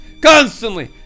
constantly